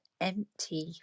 empty